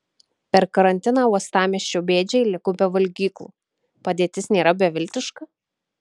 per karantiną uostamiesčio bėdžiai liko be valgyklų padėtis nėra beviltiška